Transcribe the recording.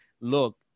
look